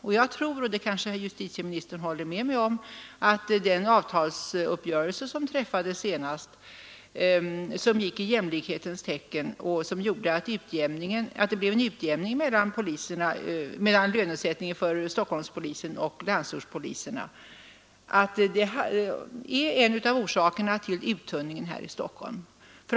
Jag tror för det andra — och det kanske justitieministern håller med mig om - att den senast träffade avtalsuppgörelsen, vilken gick i jämlikhetens tecken och vilken gjorde att det blev en utjämning mellan lönesättningen för Stockholmspoliserna och landsortspoliserna, är en av orsakerna till uttunningen här i Stockholm.